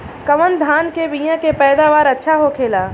कवन धान के बीया के पैदावार अच्छा होखेला?